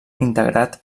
integrat